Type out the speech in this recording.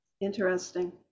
Interesting